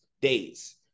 days